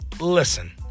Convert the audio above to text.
Listen